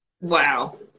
Wow